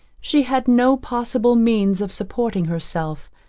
she had no possible means of supporting herself,